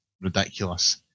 ridiculous